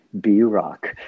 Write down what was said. B-Rock